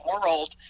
world